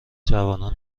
جوانان